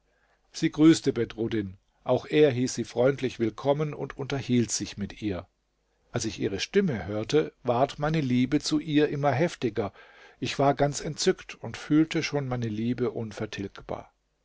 sie grüßte bedruddin auch er hieß sie freundlich willkommen und unterhielt sich mit ihr als ich ihre stimme hörte ward meine liebe zu ihr immer heftiger ich war ganz entzückt und fühlte schon meine liebe unvertilgbar